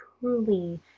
truly